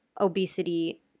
obesity